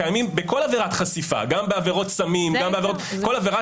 קיימים בכל עבירת חשיפה גם בעבירות סמים ובכל עבירה